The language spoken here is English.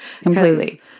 completely